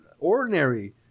ordinary